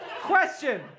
Question